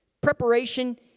Preparation